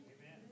Amen